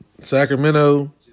Sacramento